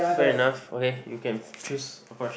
fair enough okay you can choose a question